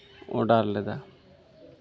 order ᱞᱮᱫᱟ